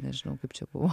nežinau kaip čia buvo